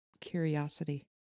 curiosity